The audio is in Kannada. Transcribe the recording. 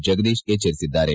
ಜಗದೀಶ್ ಎಚ್ಚರಿಸಿದ್ದಾರೆ